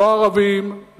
לא ערבים,